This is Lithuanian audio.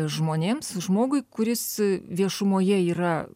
žmonėms žmogui kuris viešumoje yra